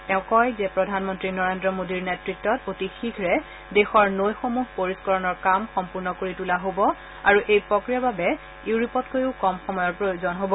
তেওঁ কয় যে প্ৰধানমন্ত্ৰী নৰেন্দ্ৰ মোডীৰ নেতৃত্বত অতি শীয়ে দেশৰ নৈসমূহ পৰিস্কৰণৰ কাম সম্পূৰ্ণ কৰি তোলা হব আৰু এই প্ৰফ্ৰিয়াৰ বাবে ইউৰোপতকৈও কম সময়ৰ প্ৰয়োজন হব